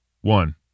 one